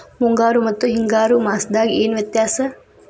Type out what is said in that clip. ಮುಂಗಾರು ಮತ್ತ ಹಿಂಗಾರು ಮಾಸದಾಗ ಏನ್ ವ್ಯತ್ಯಾಸ?